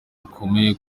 bukomeye